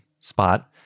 spot